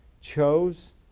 chose